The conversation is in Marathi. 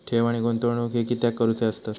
ठेव आणि गुंतवणूक हे कित्याक करुचे असतत?